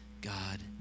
God